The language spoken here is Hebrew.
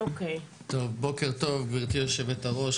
בוקר טוב גבירתי יושבת-הראש,